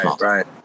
right